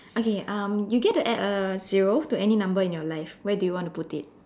okay um you get to add a zero to any number in your life where do you want to put it